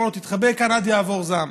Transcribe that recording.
ואמר לו: תתחבא כאן עד יעבור זעם.